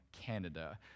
Canada